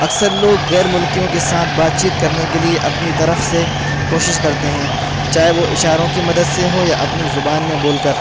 اکثر لوگ غیر ملکیوں کے ساتھ بات چیت کرنے کے لیے اپنی طرف سے کوشش کرتے ہیں چاہے وہ اشاروں کی مدد سے ہو یا اپنی زبان میں بول کر